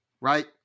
Right